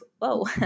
whoa